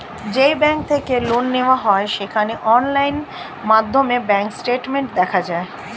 যেই ব্যাঙ্ক থেকে লোন নেওয়া হয় সেখানে অনলাইন মাধ্যমে ব্যাঙ্ক স্টেটমেন্ট দেখা যায়